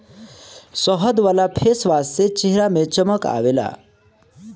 शहद वाला फेसवाश से चेहरा में चमक आवेला